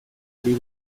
ari